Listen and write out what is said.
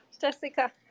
Jessica